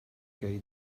gei